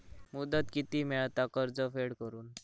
मुदत किती मेळता कर्ज फेड करून?